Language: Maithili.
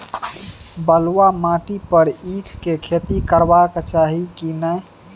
बलुआ माटी पर ईख के खेती करबा चाही की नय?